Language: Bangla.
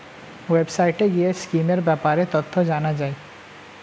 ওয়েবসাইটে গিয়ে স্কিমের ব্যাপারে তথ্য জানা যায়